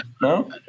no